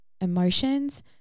emotions